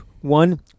one